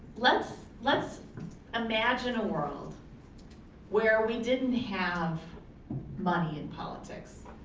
let's let's imagine a world where we didn't have money in politics.